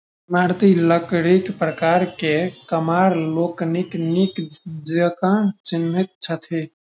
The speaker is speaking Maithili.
इमारती लकड़ीक प्रकार के कमार लोकनि नीक जकाँ चिन्हैत छथि